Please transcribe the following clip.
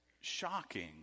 shocking